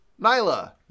Nyla